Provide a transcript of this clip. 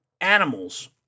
Animals